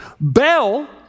Bell